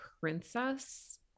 princess